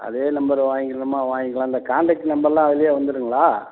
அதே நம்பர் வாங்கிக்கிறதுனா வாங்கிக்கலாம் இந்த காண்டாக்ட் நம்பரெலாம் அதிலயே வந்துடுங்களா